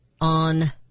on